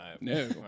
No